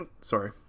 Sorry